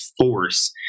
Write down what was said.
force